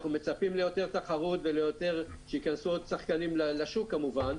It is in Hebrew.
אנחנו מצפים ליותר תחרות ושייכנסו עוד שחקנים לשוק כמובן,